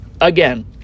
Again